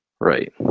Right